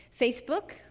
Facebook